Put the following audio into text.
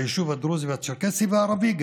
והיישוב הדרוזי והצ'רקסי וגם הערבי,